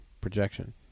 projection